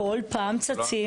כל פעם צצים.